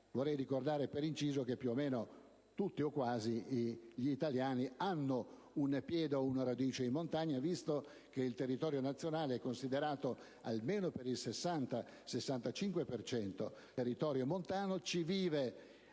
infatti ricordare che più o meno tutti o quasi gli italiani hanno un piede o una radice in montagna, visto che il territorio nazionale è considerato almeno per il 60-65 per cento montano, che ci vive una